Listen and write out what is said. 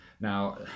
Now